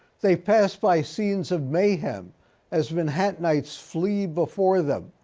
they pass by scenes of mayhem as manhattanites flee before them.